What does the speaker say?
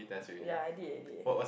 ya I did I did